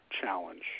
challenge